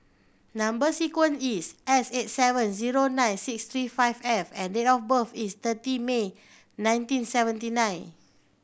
number sequence is S eight seven zero nine six three five F and date of birth is thirty May nineteen seventy nine